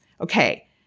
Okay